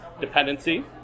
dependency